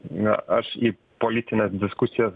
na aš į politinę diskusiją